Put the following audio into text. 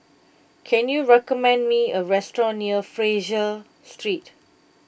can you recommend me a restaurant near Fraser Street